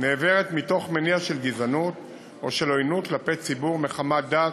נעברת מתוך מניע של גזענות או של עוינות כלפי ציבור מחמת דת,